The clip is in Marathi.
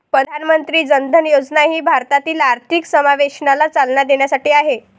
प्रधानमंत्री जन धन योजना ही भारतातील आर्थिक समावेशनाला चालना देण्यासाठी आहे